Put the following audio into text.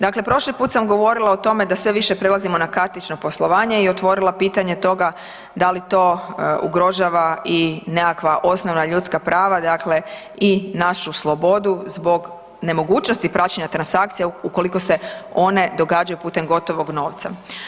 Dakle, prošli put sam govorila o tome da sve više prelazimo na kartično poslovanje i otvorila pitanje toga da li to ugrožava i nekakva osnovna ljudska prava i našu slobodu zbog nemogućnosti praćenja transakcija ukoliko se one događaju putem gotovog novca.